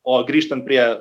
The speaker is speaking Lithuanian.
o grįžtant prie